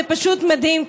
זה פשוט מדהים,